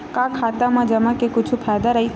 का खाता मा जमा के कुछु फ़ायदा राइथे?